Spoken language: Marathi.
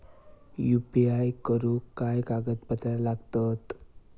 यू.पी.आय करुक काय कागदपत्रा लागतत?